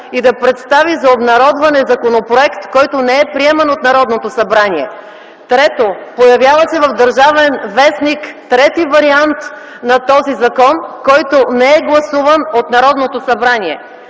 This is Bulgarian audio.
и да представи за обнародване законопроект, който не е приеман от Народното събрание. Трето, появява се в „ Държавен вестник” трети вариант на този закон, който не е гласуван от Народното събрание.